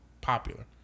popular